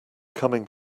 coming